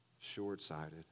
short-sighted